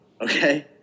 okay